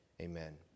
amen